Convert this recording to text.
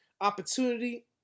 Opportunity